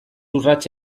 urrats